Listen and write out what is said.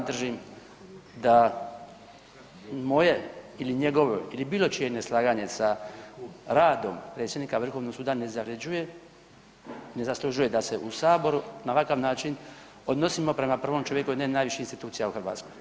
Ja držim da moje, ili njegove ili bilo čije neslaganje sa radom predsjednika Vrhovnog suda ne zavrjeđuje, ne zaslužuje da se u Saboru na ovakav način odnosimo prema prvom čovjeku jedne od najviših institucija u Hrvatskoj.